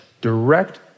direct